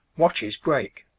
watches break,